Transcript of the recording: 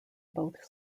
both